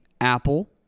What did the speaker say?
Apple